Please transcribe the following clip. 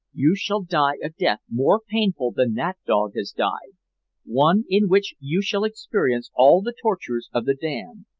you shall die a death more painful than that dog has died one in which you shall experience all the tortures of the damned.